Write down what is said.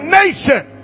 nation